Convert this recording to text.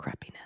crappiness